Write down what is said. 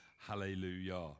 hallelujah